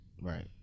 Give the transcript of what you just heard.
Right